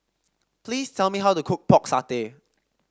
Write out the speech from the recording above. please tell me how to cook Pork Satay